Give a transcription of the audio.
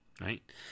right